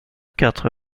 quatre